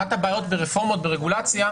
אחת הבעיות ברפורמות ברגולציה,